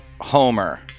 Homer